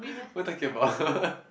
what you talking about